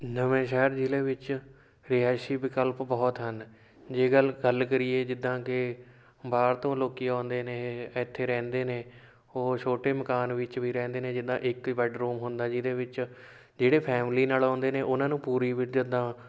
ਨਵੇਂ ਸ਼ਹਿਰ ਜ਼ਿਲ੍ਹੇ ਵਿੱਚ ਰਿਹਾਇਸ਼ੀ ਵਿਕਲਪ ਬਹੁਤ ਹਨ ਜੇ ਗੱਲ ਗੱਲ ਕਰੀਏ ਜਿੱਦਾਂ ਕਿ ਬਾਹਰ ਤੋਂ ਲੋਕ ਆਉਂਦੇ ਨੇ ਇੱਥੇ ਰਹਿੰਦੇ ਨੇ ਉਹ ਛੋਟੇ ਮਕਾਨ ਵਿੱਚ ਵੀ ਰਹਿੰਦੇ ਨੇ ਜਿੱਦਾਂ ਇੱਕ ਬੈਡਰੂਮ ਹੁੰਦਾ ਜਿਹਦੇ ਵਿੱਚ ਜਿਹੜੇ ਫੈਮਲੀ ਨਾਲ ਆਉਂਦੇ ਨੇ ਉਹਨਾਂ ਨੂੰ ਪੂਰੀ ਵੀ ਜਿੱਦਾਂ